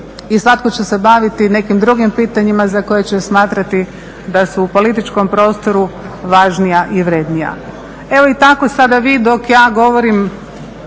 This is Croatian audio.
i svatko će se baviti nekim drugim pitanjima za koje će smatrati da su u političkom prostoru važnija i vrednija. Evo i tako sada vi dok ja govorim